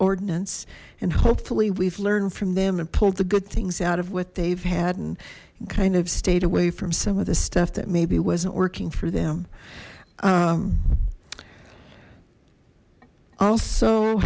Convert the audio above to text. ordinance and hopefully we've learned from them and pulled the good things out of what they've had and kind of stayed away from some of the stuff that maybe wasn't working for them also